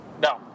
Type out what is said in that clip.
no